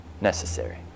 necessary